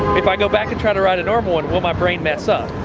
if i go back and try to ride a normal one will my brain mess up.